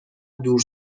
دور